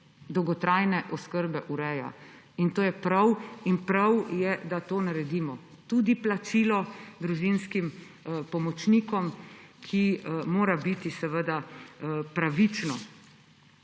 dolgotrajne oskrbe ureja. In to je prav. In prav je, da to naredimo. Tudi plačilo družinskim pomočnikom, ki mora biti seveda pravično.